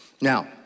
Now